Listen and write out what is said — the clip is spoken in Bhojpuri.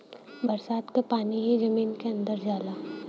बरसात क पानी ही जमीन के अंदर जाला